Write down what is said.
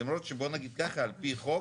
למרות שבוא נגיד ככה, על פי חוק